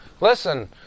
listen